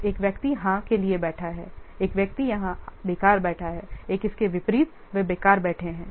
तो एक व्यक्ति हाँ के लिए बैठा है 1 व्यक्ति यहाँ बेकार बैठा है 1 इसके विपरीत वे बेकार बैठे हैं